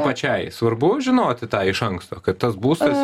pačiai svarbu žinoti tą iš anksto kad tas būstas